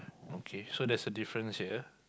okay so that's a difference here